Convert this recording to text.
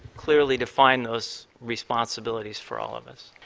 clearly defined those responsibilities for all. ms.